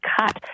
cut